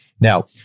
now